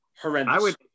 horrendous